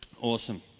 Awesome